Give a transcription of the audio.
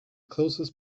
closest